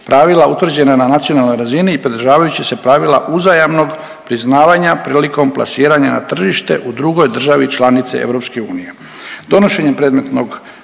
pravila utvrđena na nacionalnoj razini i pridržavajući se pravila uzajamnog priznavanja prilikom plasiranja na tržište u drugoj državi članici EU.